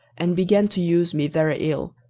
and began to use me very ill.